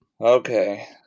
Okay